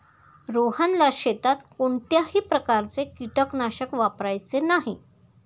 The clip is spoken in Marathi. रोहनला शेतात कोणत्याही प्रकारचे कीटकनाशक वापरायचे नाही